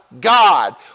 God